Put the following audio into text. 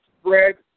spread